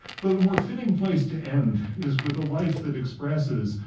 but a more fitting place to end is with a life that expresses,